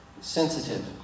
sensitive